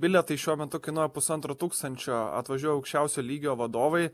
bilietai šiuo metu kainuoja pusantro tūkstančio atvažiuoja aukščiausio lygio vadovai